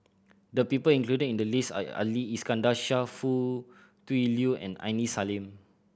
the people included in the list are Ali Iskandar Shah Foo Tui Liew and Aini Salim